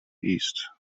east